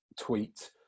tweet